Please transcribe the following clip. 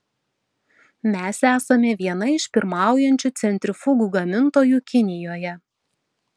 mes esame viena iš pirmaujančių centrifugų gamintojų kinijoje